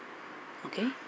okay